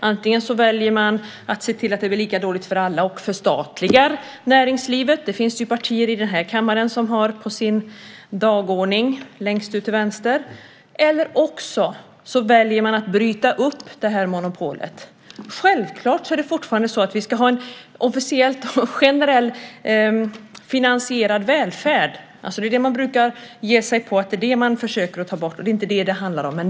Antingen väljer man att se till att det blir lika dåligt för alla och förstatligar näringslivet - det finns partier längst ut till vänster i den här kammaren som har det på sin dagordning - eller också väljer man att bryta upp monopolet. Självklart ska vi fortfarande ha en generellt finansierad välfärd. Det är det man brukar ger sig på och säga att det försöker vi få bort. Men det är inte detta det handlar om.